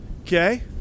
okay